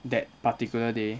that particular day